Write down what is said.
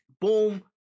boom